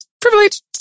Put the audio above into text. privilege